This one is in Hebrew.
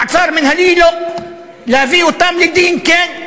מעצר מינהלי, לא, להביא אותם לדין, כן.